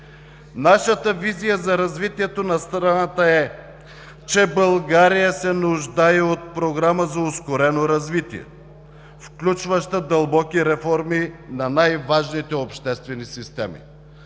Нашата визия за развитието на страната е, че България се нуждае от програма за ускорено развитие, включваща дълбоки реформи на най-важните обществени системи,